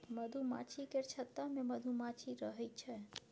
मधुमाछी केर छत्ता मे मधुमाछी रहइ छै